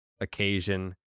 occasion